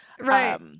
Right